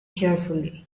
carefully